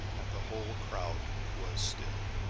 and the whole crowd was still.